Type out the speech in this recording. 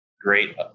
great